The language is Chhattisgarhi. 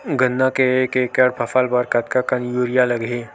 गन्ना के एक एकड़ फसल बर कतका कन यूरिया लगही?